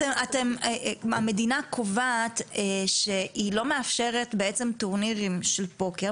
המדינה קובעת שהיא לא מאפשרת טורנירים בפוקר,